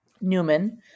Newman